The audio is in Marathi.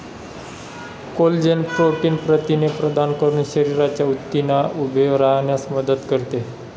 कोलेजन प्रोटीन प्रथिने प्रदान करून शरीराच्या ऊतींना उभे राहण्यास मदत करते